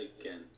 again